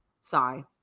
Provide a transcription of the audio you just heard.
sigh